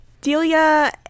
Delia